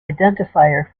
identifier